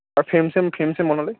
আৰু frame same frame same বনালে